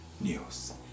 news